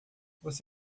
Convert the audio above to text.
você